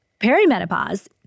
Perimenopause